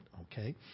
Okay